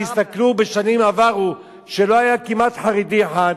תסתכלו בשנים עברו שלא היה כמעט חרדי אחד,